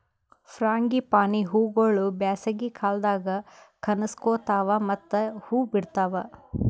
frangipani ಹೂವುಗೊಳ್ ಬ್ಯಾಸಗಿ ಕಾಲದಾಗ್ ಕನುಸ್ಕೋತಾವ್ ಮತ್ತ ಹೂ ಬಿಡ್ತಾವ್